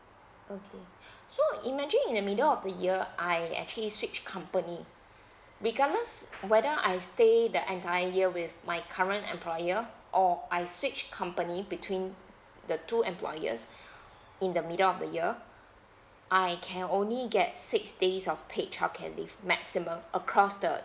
okay so imagine in the middle of the year I actually switch company because whether I stay the entire with my current employer or I switch company between the two employers in the middle of the year I can only get six days of paid childcare leave maximum across the